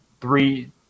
three